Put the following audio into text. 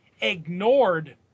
ignored